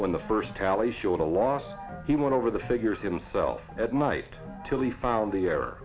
when the first tally showed a loss he went over the figures himself at night till he found the